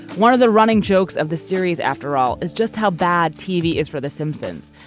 one of the running jokes of the series after all is just how bad tv is for the simpsons.